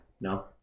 No